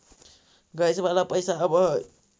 Gas वाला पैसा आव है?